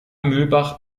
mühlbach